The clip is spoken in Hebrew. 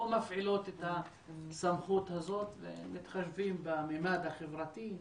מפעילות את הסמכות הזאת והם מתחשבים בממד החברתי.